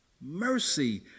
mercy